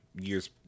years